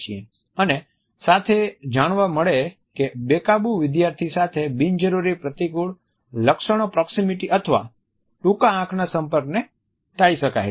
અને સાથે જાણવા મળે કે બેકાબુ વિધાર્થી સાથે બિનજરૂરી પ્રતિકૂળ લક્ષણો પ્રોક્ષિમીટી અથવા ટૂંકા આંખના સંપર્કથી ટાળી શકાય છે